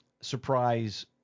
surprise